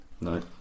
No